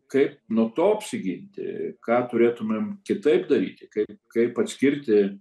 kaip nuo to apsiginti ką turėtumėm kitaip daryti kaip kaip atskirti